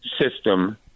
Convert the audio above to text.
system